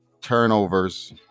Turnovers